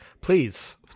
please